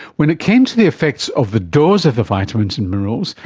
when it came to the effects of the dose of the vitamins and minerals,